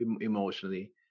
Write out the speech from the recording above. emotionally